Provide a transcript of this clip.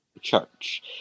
Church